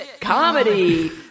comedy